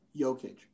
Jokic